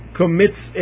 commits